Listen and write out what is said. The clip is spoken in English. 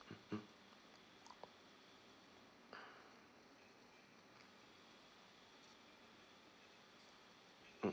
mm mm